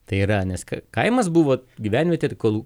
tai yra nes kai kaimas buvo gyvenvietė kol